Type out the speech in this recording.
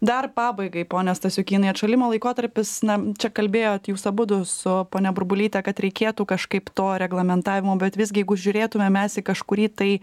dar pabaigai pone stasiukynai atšalimo laikotarpis na čia kalbėjot jūs abudu su ponia burbulyte kad reikėtų kažkaip to reglamentavimo bet visgi jeigu žiūrėtume mes į kažkurį tai